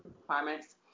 requirements